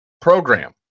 program